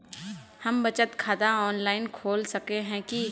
हम बचत खाता ऑनलाइन खोल सके है की?